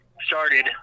started